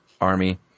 Army